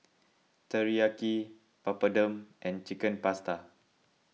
Teriyaki Papadum and Chicken Pasta